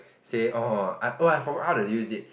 said oh I oh I forgot how to use it